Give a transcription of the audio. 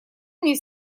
мне